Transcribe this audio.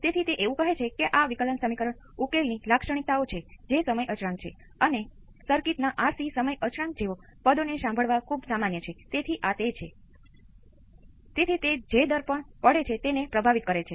તેથી અહીં એવું નથી હકીકતમાં તે બે શ્રેણીમાં છે શ્રેણી જોડાણનો અર્થ એ છે કે KCL તેમના દ્વારા વિદ્યુત પ્રવાહ ને સમાન રીતે દબાણ કરે છે તેથી તેઓ શ્રેણીમાં છે